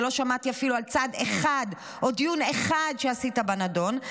ולא שמעתי אפילו על צעד אחד או דיון אחד שעשית בנדון,